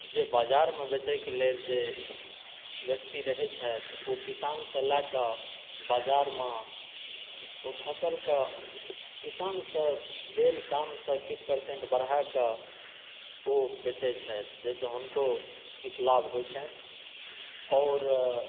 जे बजारमे बेचै कऽ लेल जे व्यक्ति रहैत छथि ओ किसानसँ लए कऽ बजारमे ओ फसल कऽ किसानसँ लेल दामसँ किछु परसेंट बढ़ाए कऽ ओ बेचैत छथि जाहिसँ हुनको किछु लाभ होयत छनि आओर